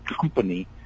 company